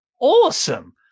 awesome